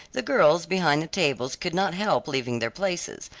the girls behind the tables could not help leaving their places,